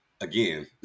again